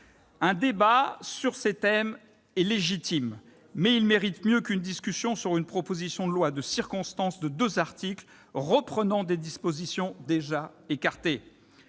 Un débat sur ces thèmes est légitime. Mais il mérite mieux qu'une discussion sur une proposition de loi de circonstance de deux articles, reprenant des dispositions déjà écartées.